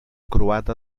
croata